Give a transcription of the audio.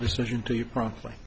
decision to you promptly